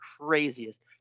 craziest